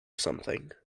something